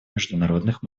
международных